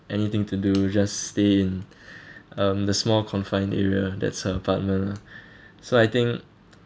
anything to do just stay in um the small confined area that's her apartment lah so I think